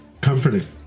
Comforting